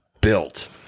built